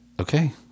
Okay